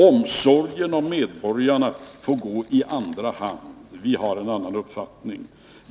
Omsorgen om medborgarna får gå i andra hand. Vi har en annan uppfattning.